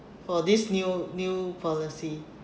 for this new new policy